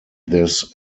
this